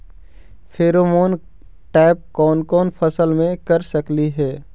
Pheromone trap कोन कोन फसल मे कर सकली हे?